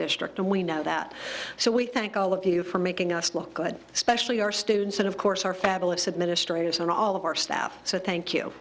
down we know that so we thank all of you for making us look good especially our students and of course our fabulous administrators and all of our staff so thank you